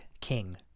king